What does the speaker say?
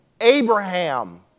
Abraham